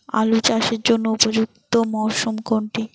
আলু চাষের জন্য উপযুক্ত মরশুম কোনটি?